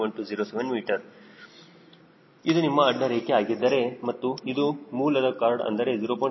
1207m ಇದು ನಿಮ್ಮ ಅಡ್ಡ ರೇಖೆ ಆಗಿದ್ದರೆ ಮತ್ತು ಇದು ಮೂಲದ ಕಾರ್ಡ್ ಅಂದರೆ 0